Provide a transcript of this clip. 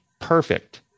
perfect